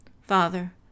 Father